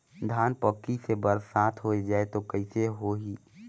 धान पक्की से बरसात हो जाय तो कइसे हो ही?